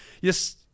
Yes